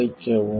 துடைக்கவும்